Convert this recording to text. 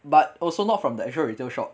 but also not from the actual retail shop